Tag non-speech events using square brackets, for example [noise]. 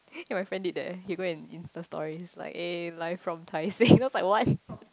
[laughs] my friend did that eh he go and Insta story he's like eh live from Tai-Seng then I was like what